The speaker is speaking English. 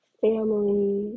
family